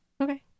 Okay